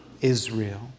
Israel